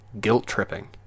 guilt-tripping